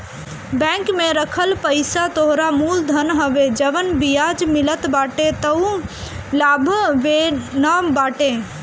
bank में रखल पईसा तोहरा मूल धन हवे जवन बियाज मिलत बाटे उ तअ लाभवे न बाटे